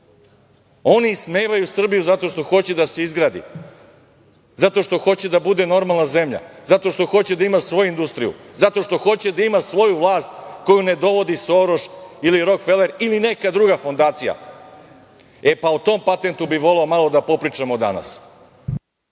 Oni ismevaju Srbiju zato što hoće da se izgradi, zato što hoće da bude normalna zemlja, zato što hoće da ima svoju industriju, zato što hoće da ima svoju vlast koju ne dovodi Soroš ili Rokfeler ili neka druga fondacija. E, pa o tom patentu bih voleo malo da popričamo danas!